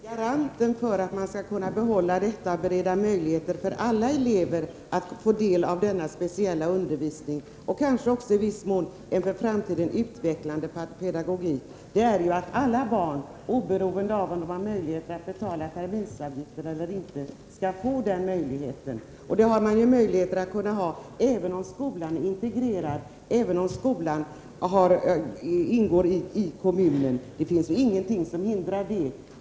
Fru talman! Garanten för att man skall kunna behålla dessa skolor och bereda alla elever möjlighet att få del av denna speciella undervisning och kanske också i viss mån en för framtiden utvecklande pedagogik, är ju att alla barn, oberoende av om de har möjlighet att betala terminsavgiften eller inte, skall få den möjligheten. Denna möjlighet finns kvar även om skolan är integrerad, även om skolan ingår i kommunens skolförvaltning. Det finns ingenting som hindrar detta.